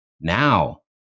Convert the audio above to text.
Now